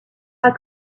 pas